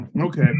Okay